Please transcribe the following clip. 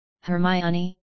Hermione